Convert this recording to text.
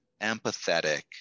empathetic